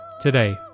today